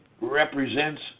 represents